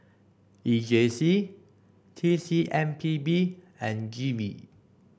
E J C T C M P B and G V